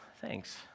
Thanks